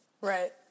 right